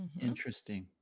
Interesting